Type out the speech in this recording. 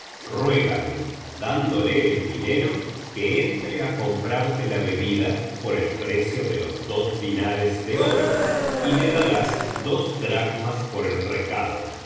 ruégale dándole el dinero que entre á comprarte la bebida por el precio de los dos dinares de oro y le darás dos dracmas por el recado